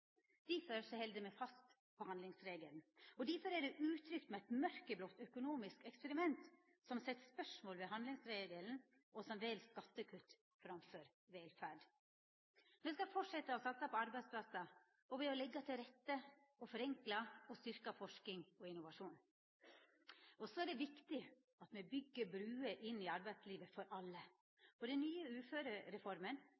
Difor held me fast på handlingsregelen. Difor er det utrygt med eit mørkeblått økonomisk eksperiment som stiller spørsmål ved handlingsregelen, og som vel skattekutt framfor velferd. Me skal fortsetta å satsa på arbeidsplassar, ved å legga til rette, forenkla og styrka forsking og innovasjon. Det er viktig at me byggjer bruer inn til arbeidslivet for